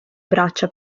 braccia